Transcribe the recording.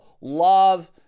love